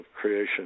creation